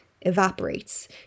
evaporates